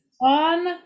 on